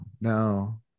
no